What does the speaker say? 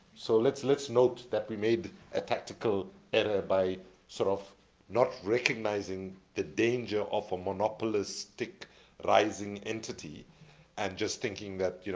so let's let's note that we made a tactical error by sort of not recognizing the danger of a monopolistic rising entity and just thinking that you know